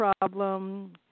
problem